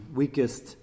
weakest